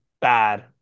bad